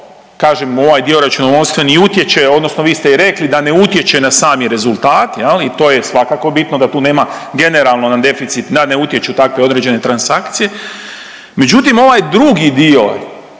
kažem, ovaj dio računovodstveni i utječe odnosno i vi ste i rekli da ne utječe na sami rezultat, je li, i to je svakako bitno da tu nema generalno na deficit, da ne utječu takve određene transakcije, međutim, ovaj drugi dio,